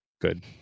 Good